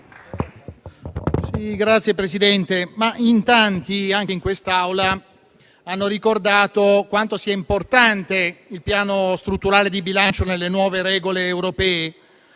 Signora Presidente, in tanti, anche in quest'Aula, hanno ricordato quanto sia importante il Piano strutturale di bilancio nelle nuove regole europee